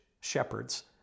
shepherds